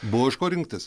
buvo iš ko rinktis